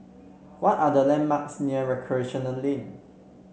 what are the landmarks near Recreation Lane